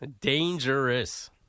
Dangerous